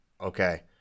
okay